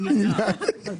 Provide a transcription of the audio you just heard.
אני אומרת לצערי הרב,